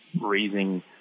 raising